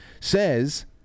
says